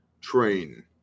Train